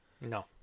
no